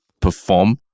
perform